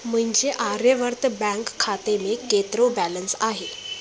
मुंहिंजे आर्यवर्त बैंक खाते में केतिरो बैलेंस आहे